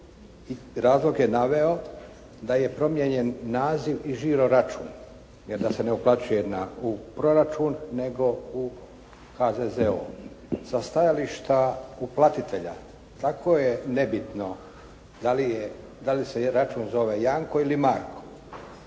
Razlog je naveo da je promijenjen naziv i žiroračun, jer da se ne uplaćuje u proračun nego u HZZO. Sa stajališta uplatitelja tako je nebitno da li se račun zove Janko ili Marko.